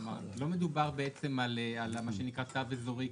כלומר לא מדובר בעצם על מה שנקרא תו אזורי.